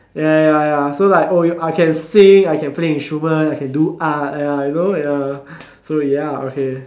ya ya ya so like oh I can sing I can play instrument I can do art ya you know ya so ya okay